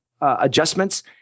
adjustments